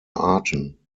arten